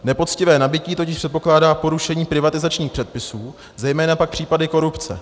Nepoctivé nabytí totiž předpokládá porušení privatizačních předpisů, zejména pak případy korupce.